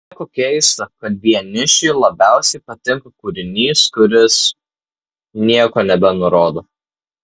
nieko keista kad vienišiui labiausiai patinka kūrinys kuris nieko nebenurodo